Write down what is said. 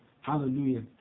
Hallelujah